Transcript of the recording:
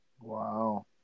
Wow